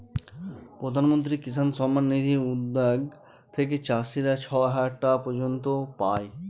প্রধান মন্ত্রী কিষান সম্মান নিধি উদ্যাগ থেকে চাষীরা ছয় হাজার টাকা পর্য়ন্ত পাই